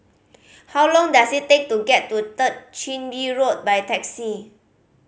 how long does it take to get to Third Chin Bee Road by taxi